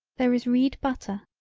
there is read butter.